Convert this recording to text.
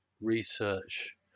research